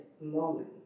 moment